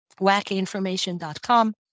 wackyinformation.com